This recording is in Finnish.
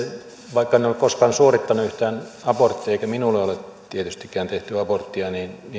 vaikka en ole koskaan suorittanut yhtään aborttia eikä minulle ole tietystikään tehty aborttia